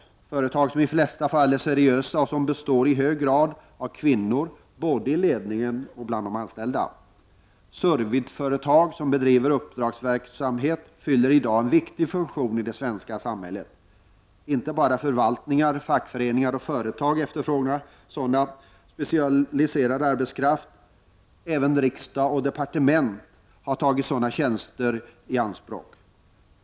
Det handlar om företag som i de flesta fall är seriösa och som i hög grad har kvinnor både i ledningen och bland de anställda. Serviceföretag som bedriver uppdragsverksamhet fyller i dag en viktig funktion i det svenska samhället. Det är inte bara förvaltningar, fackföreningar och företag som efterfrågar specialiserad arbetskraft, utan riksdagen och departementen har också tagit sådana tjänster i anspråk.